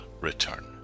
return